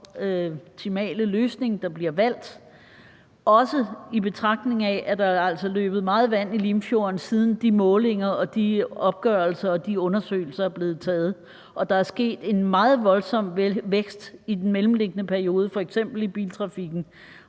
optimale løsning, der bliver valgt, også i betragtning af at der altså er løbet meget vand i Limfjorden, siden de målinger, de opgørelser og de undersøgelser er blevet foretaget. Der er sket en meget voldsom vækst i f.eks. biltrafikken